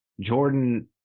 Jordan